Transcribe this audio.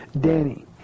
Danny